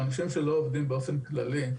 או אנשים שלא עובדים באופן כללי,